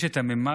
יש את הממד